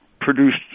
produced